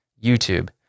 YouTube